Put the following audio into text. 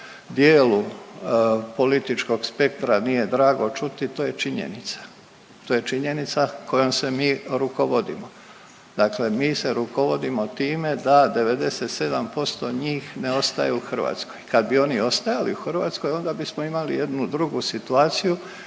dijelu političkog spektra nije drago čuti to je činjenica. To je činjenica kojom se mi rukovodimo. Dakle, mi se rukovodimo time da 97% njih ne ostaje u Hrvatskoj. Kad bi oni ostajali u Hrvatskoj onda bismo imali jednu drugu situaciju